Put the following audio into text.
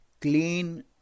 clean